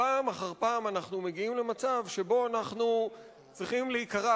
פעם אחר פעם אנחנו מגיעים למצב שבו אנחנו צריכים להיקרע